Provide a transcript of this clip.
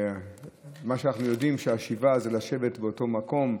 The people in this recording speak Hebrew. ומה שאנחנו יודעים זה שהשבעה זה לשבת באותו מקום,